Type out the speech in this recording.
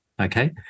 okay